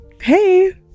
hey